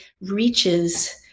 reaches